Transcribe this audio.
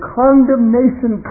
condemnation